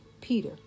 Peter